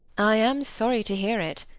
i am sorry to hear it.